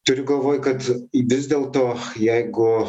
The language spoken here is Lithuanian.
turiu galvoj kad vis dėlto jeigu